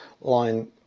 line